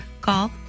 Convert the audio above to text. call